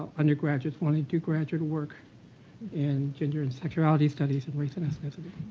undergraduates wanting to do graduate work in gender and sexuality studies, and race and ethnicity.